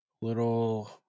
little